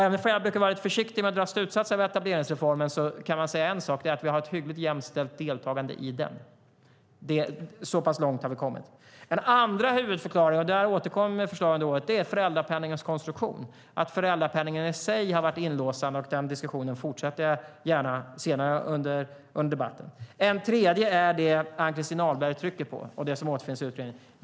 Även om jag brukar vara lite försiktig med att dra slutsatser kan man säga en sak, nämligen att vi har ett hyggligt jämställt deltagande i den. Så pass långt har vi kommit. En andra huvudförklaring är föräldrapenningens konstruktion och att föräldrapenningen i sig har varit inlåsande. Den diskussionen fortsätter jag gärna senare under debatten. En tredje är det Ann-Christin Ahlberg trycker på och som återfinns i utredningen.